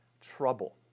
trouble